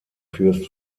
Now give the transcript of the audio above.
fürst